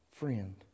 friend